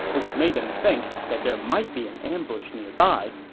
which made them think that there might be an ambush nearby,